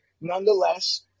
nonetheless